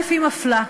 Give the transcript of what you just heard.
1. היא מפלה.